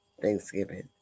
Thanksgiving